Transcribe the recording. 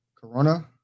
Corona